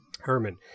Herman